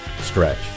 Stretch